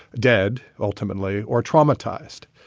dead, ultimately, or traumatized.